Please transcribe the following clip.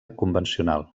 convencional